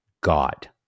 God